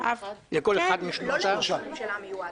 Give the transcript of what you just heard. לא לראש הממשלה המיועד,